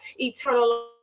eternal